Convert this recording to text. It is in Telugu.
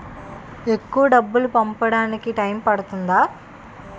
ఎక్కువ డబ్బు పంపడానికి టైం పడుతుందా?